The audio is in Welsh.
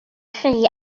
chi